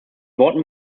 worten